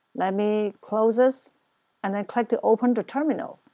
let me close it and then click to open the terminal.